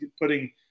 putting